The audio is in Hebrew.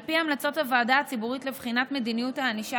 על פי המלצות הוועדה הציבורית לבחינת מדיניות הענישה